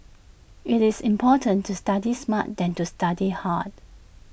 it's important to study smart than to study hard